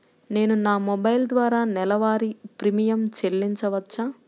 నేను నా మొబైల్ ద్వారా నెలవారీ ప్రీమియం చెల్లించవచ్చా?